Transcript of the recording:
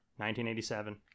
1987